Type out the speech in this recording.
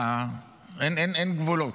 אין גבולות.